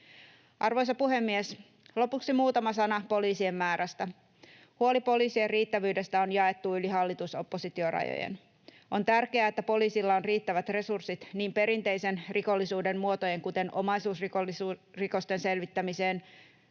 Arvoisa puhemies! Lopuksi muutama sana poliisien määrästä. Huoli poliisien riittävyydestä on jaettu yli hallitus—oppositio-rajojen. On tärkeää, että poliisilla on riittävät resurssit niin perinteisen rikollisuuden muotojen, kuten omaisuusrikosten, selvittämiseen